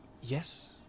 Yes